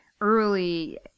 early